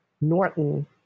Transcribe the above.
Norton